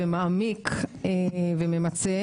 לא, פוצל זה חוק אחר.